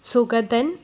Sugathan